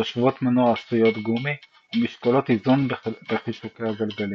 תושבות מנוע עשויות גומי ומשקולות איזון בחישוקי הגלגלים.